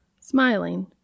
Smiling